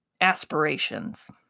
aspirations